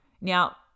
Now